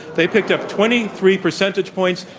they picked up twenty three percentage points.